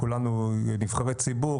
כולנו נבחרי ציבור,